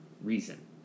reason